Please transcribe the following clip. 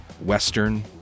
western